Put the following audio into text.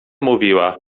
mówiła